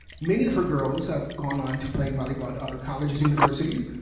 many of her girls have gone on to play volleyball at other colleges, universities.